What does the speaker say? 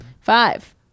Five